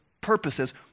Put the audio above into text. purposes